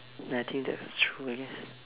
I think that's true I guess